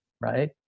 right